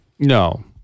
No